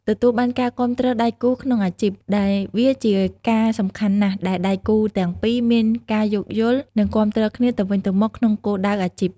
ទទួលបានការគាំទ្រដៃគូក្នុងអាជីព ដែលវាជាការសំខាន់ណាស់ដែលដៃគូទាំងពីរមានការយោគយល់ និងគាំទ្រគ្នាទៅវិញទៅមកក្នុងគោលដៅអាជីព។